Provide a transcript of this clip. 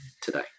today